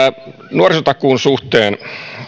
nuorisotakuun suhteen